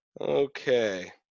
Okay